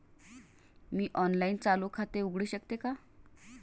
मी online चालू खाते उघडू शकते का?